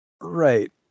Right